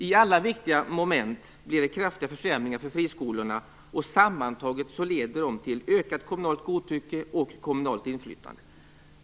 I alla viktiga moment blir det kraftiga försämringar för friskolorna. Sammantaget leder de till ökat kommunalt godtycke och kommunalt inflytande.